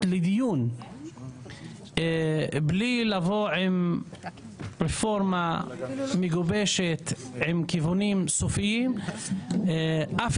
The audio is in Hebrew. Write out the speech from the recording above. לדיון בלי לבוא עם רפורמה מגובשת עם כיוונים סופיים אף